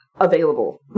available